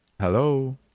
Hello